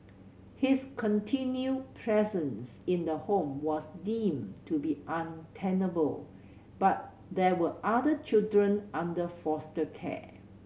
his continued presence in the home was deemed to be untenable but there were other children under foster care